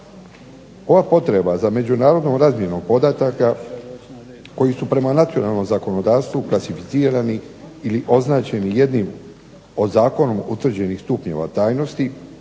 Ova potreba za međunarodnom razmjenom podataka koje su prema nacionalnom zakonodavstvu klasificirani ili označeni jednim od zakonom utvrđenih stupnjeva tajnosti